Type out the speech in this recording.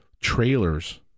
trailers